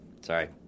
Sorry